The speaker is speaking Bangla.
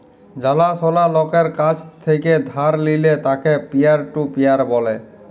জালা সলা লকের কাছ থেক্যে ধার লিলে তাকে পিয়ার টু পিয়ার ব্যলে